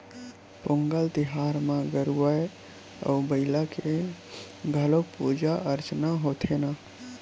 पोंगल तिहार म गरूवय अउ बईला के घलोक पूजा अरचना होथे न